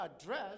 address